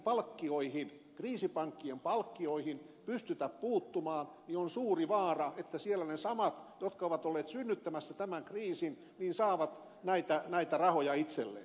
kun ei kriisipankkien palkkioihin pystytä puuttumaan niin on suuri vaara että siellä ne samat jotka ovat olleet synnyttämässä tämän kriisin saavat näitä rahoja itselleen